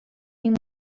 این